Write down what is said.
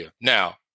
Now